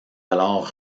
alors